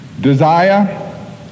Desire